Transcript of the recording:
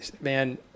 Man